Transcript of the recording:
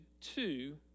two